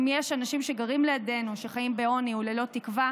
אם יש אנשים שגרים לידינו שחיים בעוני וללא תקווה,